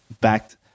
backed